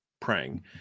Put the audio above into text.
praying